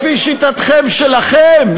לפי שיטתכם שלכם,